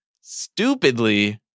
stupidly